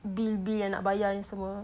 bill bill yang nak bayar ni semua